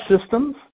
systems